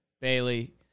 bailey